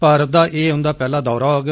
भारत दा एह् उन्दा पैहला दौरा होग